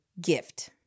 gift